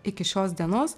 iki šios dienos